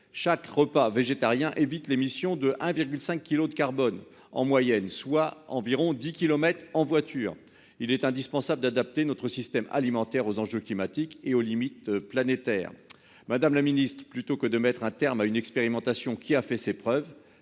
chaque repas végétariens évite l'émission de 1,5 kilos de carbone en moyenne, soit environ 10 kilomètres en voiture, il est indispensable d'adapter notre système alimentaire aux enjeux climatiques et aux limites planétaires Madame la Ministre plutôt que de mettre un terme à une expérimentation qui a fait ses preuves.